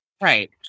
Right